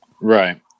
Right